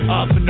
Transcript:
up